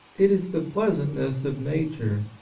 it is the pleasant ness of nature,